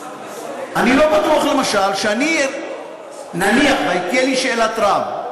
אני לא בטוח, למשל, שנניח, אם תהיה לי שאלת רב,